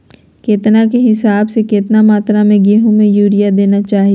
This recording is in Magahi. केतना के हिसाब से, कितना मात्रा में गेहूं में यूरिया देना चाही?